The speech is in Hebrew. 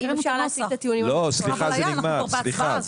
אנחנו בהצבעה.